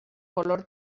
color